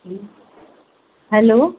hello